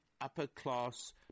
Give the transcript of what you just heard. upper-class